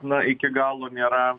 na iki galo nėra